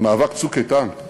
במאבק "צוק איתן"